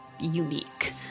unique